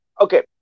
Okay